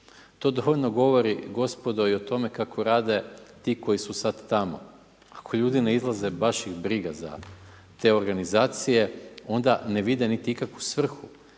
To dovoljno govori gospodo, i o tome kako rade ti koji su sad tamo. Ako ljudi ne izlaze, baš ih briga za te organizacije onda vide niti ikakvu svrhu.